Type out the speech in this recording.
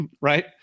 right